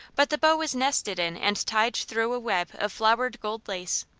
but the bow was nested in and tied through a web of flowered gold lace.